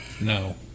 No